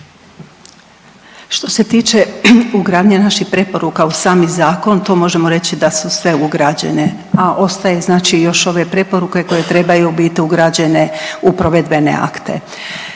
Što se tiče ugradnje naših preporuka u sami zakon, to možemo reći da su sve ugrađene, a ostaje znači još ove preporuke koje trebaju biti ugrađene u provedbene akte.